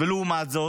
ולעומת זאת,